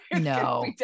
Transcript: No